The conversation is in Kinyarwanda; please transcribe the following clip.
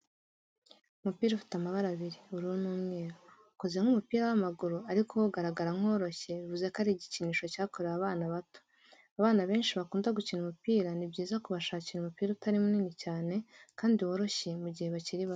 Umupira ufite amabara abiri ubururu n'umweru, ukoze nk'umupira w'amaguru ariko wo ugaragara nk'uworoshye bivuze ko ari igikinisho cyakorewe abana bato, abana benshi bakunda gukina umupira ni byiza kubashakira umupira utari munini cyane kandi woroshye mu gihe bakiri bato.